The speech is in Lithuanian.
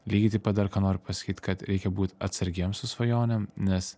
lygiai taip pat dar ką noriu pasakyt kad reikia būt atsargiems su svajonėm nes